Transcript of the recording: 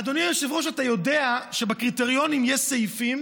אדוני היושב-ראש, אתה יודע שבקריטריונים יש סעיפים